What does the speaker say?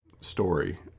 story